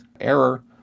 error